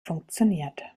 funktioniert